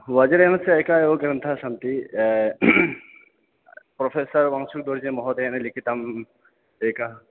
वज्रगणस्य एकः एव ग्रन्थः सन्ति प्रोफेसर् वंशुध्वज् महोदयेन लिखितम् एकः